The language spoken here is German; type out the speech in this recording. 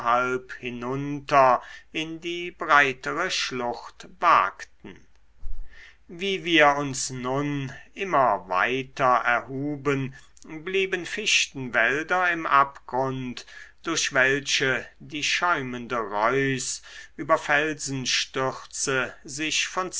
hinunter in die breitere schlucht wagten wie wir uns nun immer weiter erhuben blieben fichtenwälder im abgrund durch welche die schäumende reuß über felsenstürze sich von